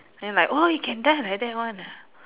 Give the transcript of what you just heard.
then like !wow! you can die like that [one] ah